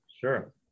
sure